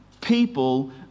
people